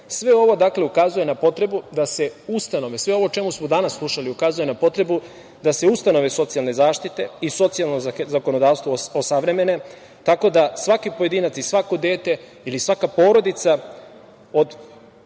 ovo, dakle, ukazuje na potrebu da se ustanove, sve ovo o čemu smo danas slušali ukazuje na potrebu da se ustanove socijalne zaštite i socijalno zakonodavstvo osavremene, tako da svaki pojedinac i svako dete ili svaka porodica,